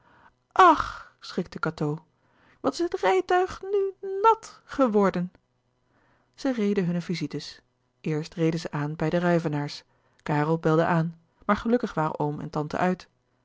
ach schrikte cateau wat is het rijtuig nu nàt geworden zij reden hunne visites eerst reden zij aan bij de ruyvenaers karel belde aan maar gelukkig waren oom en tante uit